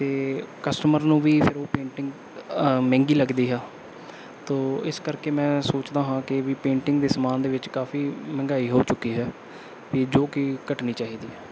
ਅਤੇ ਕਸਟਮਰ ਨੂੰ ਵੀ ਫਿਰ ਉਹ ਪੇਂਟਿੰਗ ਅ ਮਹਿੰਗੀ ਲੱਗਦੀ ਆ ਤੋਂ ਇਸ ਕਰਕੇ ਮੈਂ ਸੋਚਦਾ ਹਾਂ ਕਿ ਵੀ ਪੇਂਟਿੰਗ ਦੇ ਸਮਾਨ ਦੇ ਵਿੱਚ ਕਾਫੀ ਮਹਿੰਗਾਈ ਹੋ ਚੁੱਕੀ ਹੈ ਵੀ ਜੋ ਕਿ ਘਟਣੀ ਚਾਹੀਦੀ ਹੈ